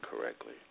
correctly